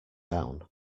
down